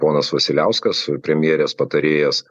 ponas vasiliauskas premjerės patarėjas